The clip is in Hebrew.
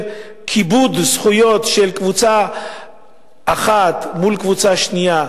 כיבוד זכויות של קבוצה אחת מול קבוצה שנייה,